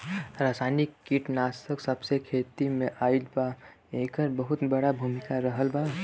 रासायनिक कीटनाशक जबसे खेती में आईल बा येकर बहुत बड़ा भूमिका रहलबा